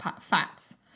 fats